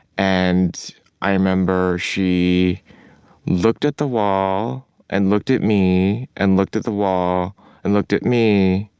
and i remember she looked at the wall and looked at me and looked at the wall and looked at me,